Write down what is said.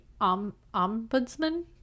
Ombudsman